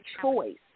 choice